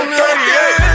38